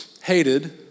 hated